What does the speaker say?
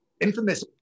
infamous